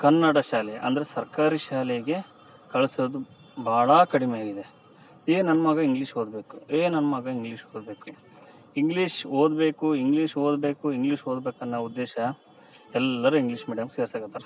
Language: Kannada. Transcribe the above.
ಕನ್ನಡ ಶಾಲೆ ಅಂದ್ರೆ ಸರ್ಕಾರಿ ಶಾಲೆಗೆ ಕಳಿಸೋದು ಭಾಳ ಕಡಿಮೆ ಆಗಿದೆ ಏ ನನ್ನ ಮಗ ಇಂಗ್ಲೀಷ್ ಓದಬೇಕು ಏ ನನ್ನ ಮಗ ಇಂಗ್ಲೀಷ್ ಓದಬೇಕು ಇಂಗ್ಲೀಷ್ ಓದಬೇಕು ಇಂಗ್ಲೀಷ್ ಓದಬೇಕು ಇಂಗ್ಲೀಷ್ ಓದ್ಬೇಕನ್ನೊ ಉದ್ದೇಶ ಎಲ್ಲರು ಇಂಗ್ಲೀಷ್ ಮೀಡಿಯಮ್ ಸೇರ್ಸೋಕತ್ತರ